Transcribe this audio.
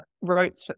wrote